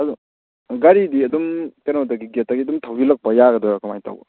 ꯑꯗꯣ ꯒꯥꯔꯤꯗꯤ ꯑꯗꯨꯝ ꯀꯩꯅꯣꯗꯒꯤ ꯒꯦꯠꯇꯒꯤ ꯑꯗꯨꯝ ꯊꯧꯖꯜꯂꯛꯄ ꯌꯥꯒꯗ꯭ꯔꯥ ꯀꯃꯥꯏꯅ ꯇꯧꯕ